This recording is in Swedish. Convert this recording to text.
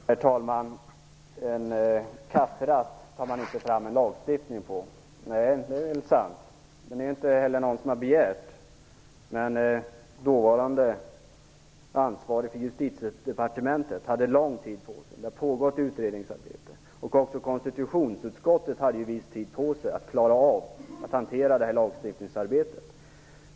Herr talman! Man tar inte fram en lagstiftning på en kafferast, sade Håkan Holmberg. Nej, det är sant. Men det är inte heller någon som har begärt det. Dåvarande ansvarige för Justitiedepartementet hade lång tid på sig. Det har pågått utredningsarbete. Också konstitutionsutskottet hade viss tid på sig att klara av att hantera detta lagstiftningsarbete.